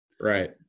Right